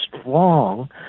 strong